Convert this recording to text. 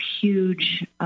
huge